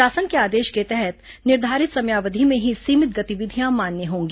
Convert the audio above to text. शासन के आदेश के तहत निर्धारित समयावधि में ही सीमित गतिविधियां मान्य होगी